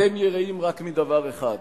אתם יראים רק מדבר אחד